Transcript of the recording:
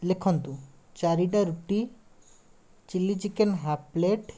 ଲେଖନ୍ତୁ ଚାରିଟା ରୁଟି ଚିଲ୍ଲୀ ଚିକେନ୍ ହାଫ୍ ପ୍ଳେଟ୍